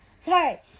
Sorry